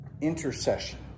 intercession